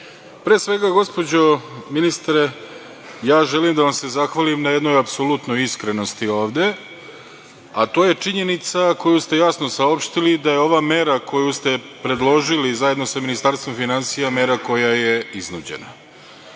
svega gospođo ministre, želim da vam se zahvalim na jednoj apsolutnoj iskrenosti ovde, a to je činjenica koju ste jasno saopštili da je ova mera koju ste predložili zajedno sa Ministarstvom finansija, mera koja je iznuđena. Drugi